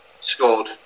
scored